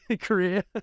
career